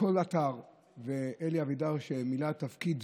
בכל אתר, ואלי אבידר מילא תפקיד